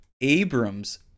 Abrams